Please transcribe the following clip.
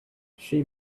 she